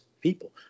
people